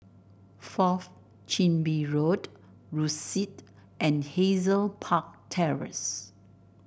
Fourth Chin Bee Road Rosyth and Hazel Park Terrace